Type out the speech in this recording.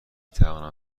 توانم